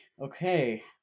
Okay